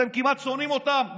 אתם כמעט שונאים אותם,